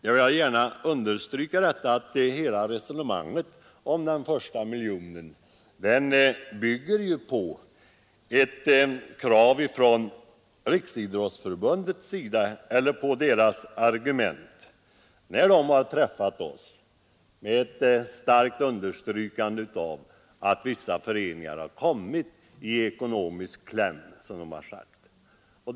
Jag vill gärna understryka att hela resonemanget om den första miljonen bygger på Riksidrottsförbundets egna argument när de har träffat oss och med kraft framhållit att vissa föreningar har kommit ”i ekonomisk kläm”, som man har uttryckt det.